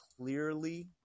clearly